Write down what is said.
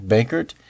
Bankert